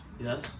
yes